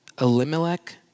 Elimelech